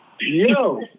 Yo